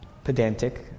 pedantic